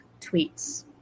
tweets